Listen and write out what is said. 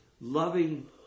loving